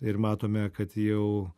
ir matome kad jau